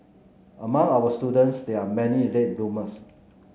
among our students there are many late bloomers